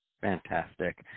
fantastic